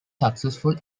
successful